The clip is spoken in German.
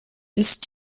ist